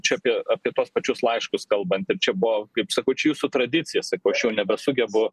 čia apie apie tuos pačius laiškus kalbant ir čia buvo kaip sakau čia jūsų tradicijose ko aš jau nebesugebu